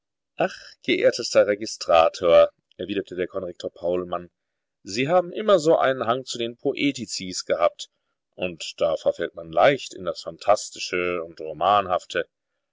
ach geehrtester registrator erwiderte der konrektor paulmann sie haben immer so einen hang zu den poeticis gehabt und da verfällt man leicht in das phantastische und romanhafte